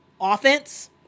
offense